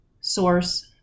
source